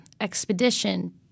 expedition